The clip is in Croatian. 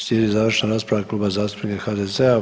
Slijedi završna rasprava Kluba zastupnika HDZ-a.